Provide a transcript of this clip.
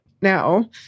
now